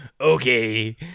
Okay